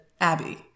Abby